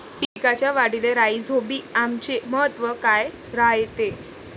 पिकाच्या वाढीले राईझोबीआमचे महत्व काय रायते?